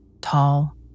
tall